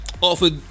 offered